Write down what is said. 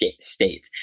state